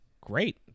Great